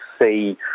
see